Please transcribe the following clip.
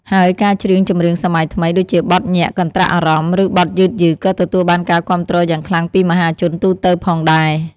ហើយការច្រៀងចម្រៀងសម័យថ្មី ដូចជាបទញាក់កន្ត្រាក់អារម្មណ៍ ឬបទយឺតៗ ក៏ទទួលបានការគាំទ្រយ៉ាងខ្លាំងពីមហាជនទូទៅផងដែរ។